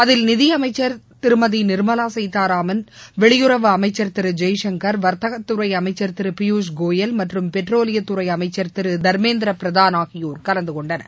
அதில் நிதியமைச்சர் திருமதி நிர்மலா சீத்தாராமன் வெளியுறவு அமைச்சர் திரு ஜெய்சங்கர் வர்த்தகத்துறை அமைச்சர் திரு பியூஸ்கோயல் மற்றும் பெட்ரோலியத்துறை அமைச்சர் திரு தர்மேந்திர பிரதான் ஆகியோர் கலந்துகொண்டனர்